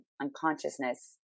unconsciousness